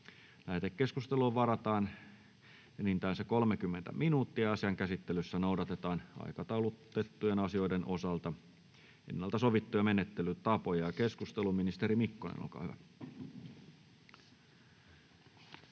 Lähetekeskusteluun varataan enintään 30 minuuttia. Asian käsittelyssä noudatetaan aikataulutettujen asioiden osalta sovittuja menettelytapoja. — Ministeri Mikkonen, olkaa hyvä.